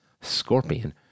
Scorpion